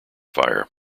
fire